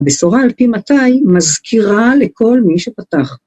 ‫בשורה על פי מתי מזכירה ‫לכל מי שפתח.